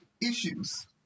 issues